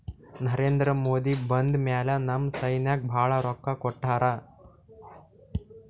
ನರೇಂದ್ರ ಮೋದಿ ಬಂದ್ ಮ್ಯಾಲ ನಮ್ ಸೈನ್ಯಾಕ್ ಭಾಳ ರೊಕ್ಕಾ ಕೊಟ್ಟಾರ